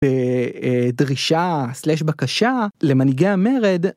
בדרישה סלש בקשה למנהיגי המרד.